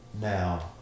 Now